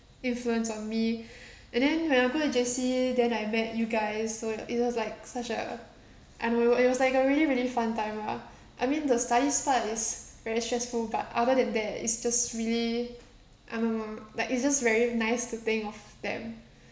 influence on me and then when I go to J_C then I met you guys so it it was like such a I know it it was like a really really fun time lah I mean the studies part is very stressful but other than that it's just really um like it's just very nice to think of them